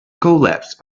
collapsed